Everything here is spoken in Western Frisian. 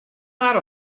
har